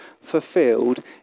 fulfilled